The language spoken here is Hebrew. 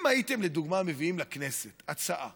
אם הייתם לדוגמה מביאים לכנסת הצעה